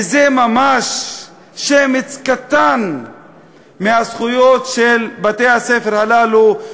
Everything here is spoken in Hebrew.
וזה ממש שמץ מהזכויות של בתי-הספר הללו,